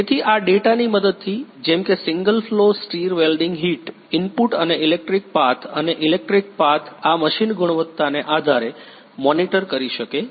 તેથી આ ડેટાની મદદથી જેમ કે single flow stir welding heat input અને ઇલેક્ટ્રિક પાથ અને ઇલેક્ટ્રિક પાથ આ મશીન ગુણવત્તાને આધારે મોનિટર કરી શકે છે